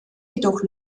jedoch